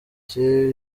make